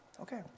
okay